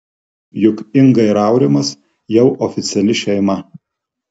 juk inga ir aurimas jau oficiali šeima